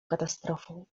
katastrofą